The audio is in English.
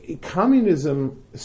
Communism